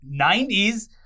90s